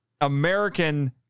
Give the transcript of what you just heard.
American